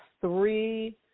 three